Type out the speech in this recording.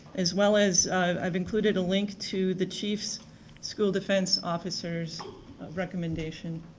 as well as i've included a link to the chief school defense officers recommendation.